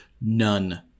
None